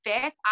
fifth